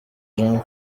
jean